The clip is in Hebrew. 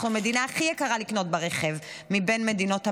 אנחנו המדינה הכי יקרה לקנות בה רכב מבין מדינת המערב,